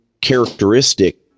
characteristic